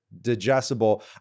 digestible